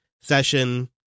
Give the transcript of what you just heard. Session